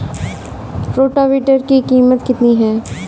Rotavator की कीमत कितनी है?